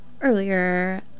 Earlier